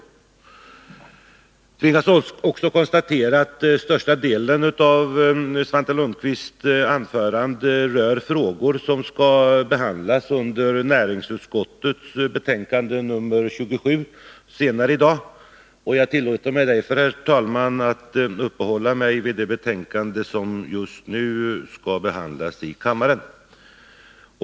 Jag tvingas också konstatera att största delen av Svante Lundkvists anförande rörde frågor som skall behandlas i samband med näringsutskottets betänkande 27 senare i dag. Jag tillåter mig därför, herr talman, att uppehålla mig vid det betänkande som just nu skall behandlas i kammaren.